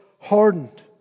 hardened